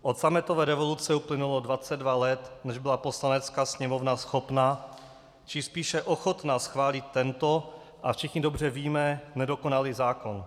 Od sametové revoluce uplynulo dvacet dva let, než byla Poslanecká sněmovna schopna, či spíše ochotna schválit tento a všichni dobře víme nedokonalý zákon.